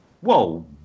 whoa